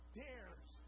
dares